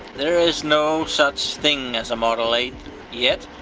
there is no such thing as a model eight yet.